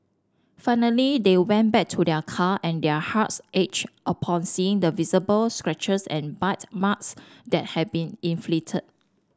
finally they went back to their car and their hearts upon seeing the visible scratches and bite marks that had been inflicted